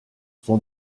son